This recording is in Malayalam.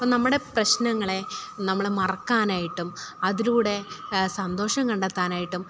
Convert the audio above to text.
അപ്പം നമ്മുടെ പ്രശ്നങ്ങളെ നമ്മുടെ മറക്കാനായിട്ടും അതിലൂടെ സന്തോഷം കണ്ടെത്താനായിട്ടും